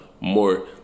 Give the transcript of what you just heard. more